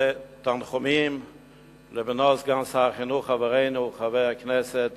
ותנחומים לבנו, סגן שר החינוך, חברנו חבר הכנסת